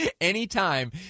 anytime